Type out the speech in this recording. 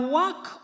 work